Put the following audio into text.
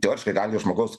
teoriškai gali žmogaus